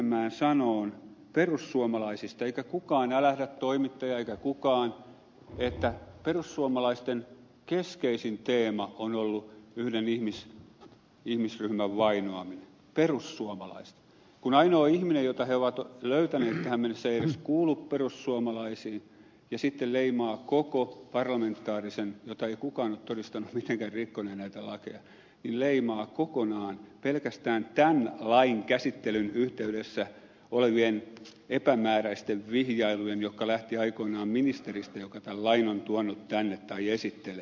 sinnemäen väitteeseen perussuomalaisista kukaan ei älähdä ei toimittaja eikä kukaan siihen että perussuomalaisten keskeisin teema on ollut yhden ihmisryhmän vainoaminen perussuomalaisten kun ainoa ihminen jonka he ovat löytäneet tähän mennessä ei edes kuulu perussuomalaisiin ja sitten leimataan koko parlamentaarinen puolue jonka ei kukaan ole todistanut mitenkään rikkoneen näitä lakeja leimaa kokonaan pelkästään tämän lain käsittelyn yhteydessä olevien epämääräisten vihjailujen vuoksi jotka lähtivät aikoinaan ministeristä joka tämän lain on tuonut tänne tai esittelee